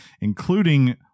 including